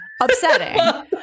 Upsetting